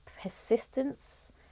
persistence